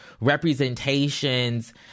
representations